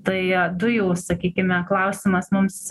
tai dujų sakykime klausimas mums